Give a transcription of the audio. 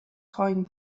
خواهیم